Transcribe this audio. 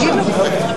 לא